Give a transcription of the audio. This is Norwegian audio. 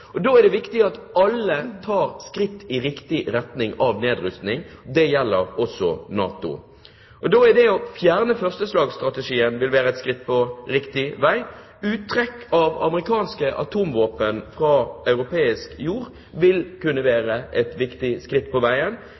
viktig at alle tar skritt i riktig retning: mot nedrustning. Det gjelder også NATO. Da vil det å fjerne førsteslagsstrategien være et skritt på riktig vei. Uttrekk av amerikanske atomvåpen fra europeisk jord vil kunne være et viktig skritt på veien.